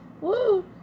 Woo